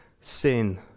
Sin